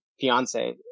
fiance